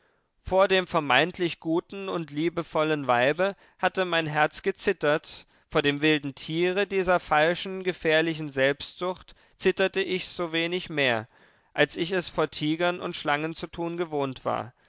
vor dem vermeintlich guten und liebevollen weibe hatte mein herz gezittert vor dem wilden tiere dieser falschen gefährlichen selbstsucht zitterte ich so wenig mehr als ich es vor tigern und schlangen zu tun gewohnt war